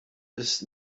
ist